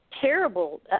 terrible